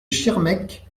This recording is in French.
schirmeck